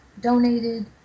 donated